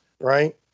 right